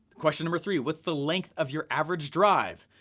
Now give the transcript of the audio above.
question number three, what's the length of your average drive?